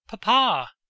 Papa